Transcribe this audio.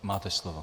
Máte slovo.